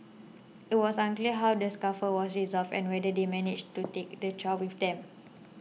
it was unclear how the scuffle was resolved and whether they managed to take the child with them